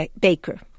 baker